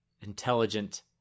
intelligent